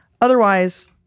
Otherwise